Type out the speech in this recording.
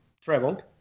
traveled